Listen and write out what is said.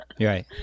Right